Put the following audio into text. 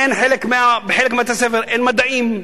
בחלק מבתי-הספר אין מדעים.